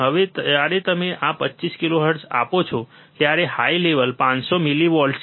હવે જ્યારે તમે આ 25 કિલોહર્ટ્ઝ આપો છો ત્યારે હાઇલેવલ 500 મિલીવોલ્ટ છે